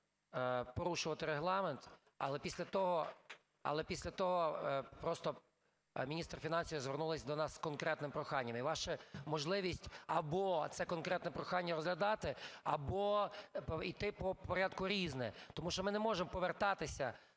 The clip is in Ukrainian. порушувати Регламент. Але після того просто міністр фінансів звернулась до нас з конкретним проханням. І наша можливість або це конкретне прохання розглядати, або іти по порядку "Різне". Тому що ми не можемо повертатися